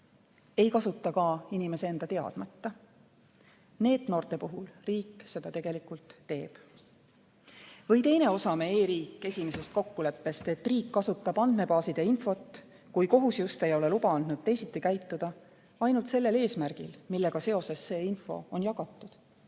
Ei kasuta ka inimese enda teadmata. NEET-noorte puhul riik seda tegelikult teeb. Või teine osa meie e-riik 1.0 kokkuleppest, et riik kasutab andmebaaside infot, kui kohus just ei ole luba andnud teisiti käituda, ainult sellel eesmärgil, millega seoses see info on jagatud?